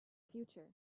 future